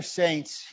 saints